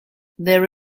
there